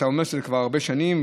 אתה אומר שזה כבר הרבה שנים,